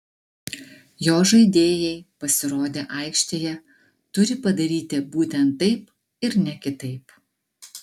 jo žaidėjai pasirodę aikštėje turi padaryti būtent taip ir ne kitaip